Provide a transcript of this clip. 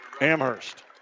Amherst